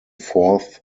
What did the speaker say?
fourth